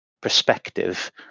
perspective